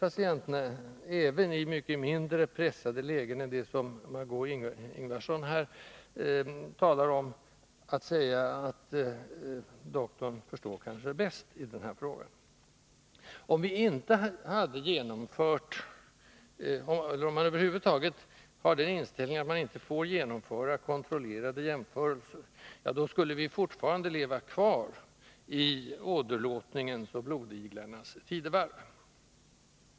Men även i mycket mindre pressade lägen än dem som Margö Ingvardsson talade om, väljer patienterna för det mesta att säga att doktorn nog ändå begriper vad som är bäst. Om man över huvud taget har den inställningen att man inte får genomföra kontrollerade jämförelser, skulle vi fortfarande leva kvar i åderlåtningens och blodiglarnas tidevarv.